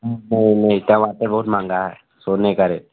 नहीं नहीं टमाटर बहुत महंगा है सोने का रेट